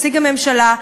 נציג הממשלה,